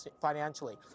financially